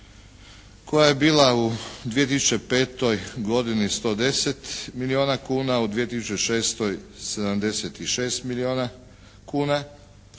koja je bila u 2005. godini 110 milijuna kuna, u 2006. 76 milijuna kuna,